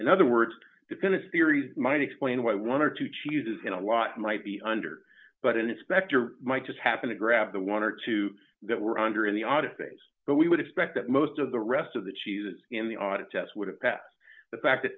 in other words dependence theory might explain why one or two cheeses in a lot might be under but an inspector might just happen to grab the one or two that were under in the oddities but we would expect that most of the rest of the cheetahs in the audit test would have passed the fact that